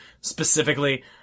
specifically